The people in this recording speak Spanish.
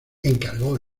encargó